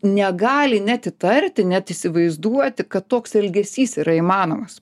negali net įtarti net įsivaizduoti kad toks elgesys yra įmanomas